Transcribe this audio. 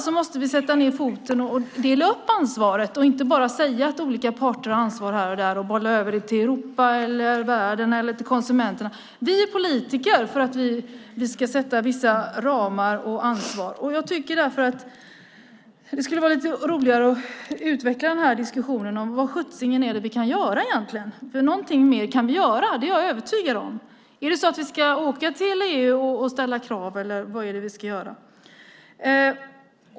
Vi måste sätta ned foten och dela upp ansvaret och inte bara säga att olika parter har ansvar här och där och bolla över det till Europa, världen eller konsumenterna. Vi är politiker för att vi ska sätta ramar och ta ansvar. Det skulle vara roligt att utveckla den här diskussionen. Vad kan vi göra egentligen? Någonting mer kan vi göra. Det är jag övertygad om. Ska vi åka till EU och ställa krav?